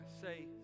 say